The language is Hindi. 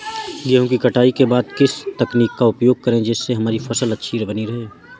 गेहूँ की कटाई के बाद किस तकनीक का उपयोग करें जिससे हमारी फसल अच्छी बनी रहे?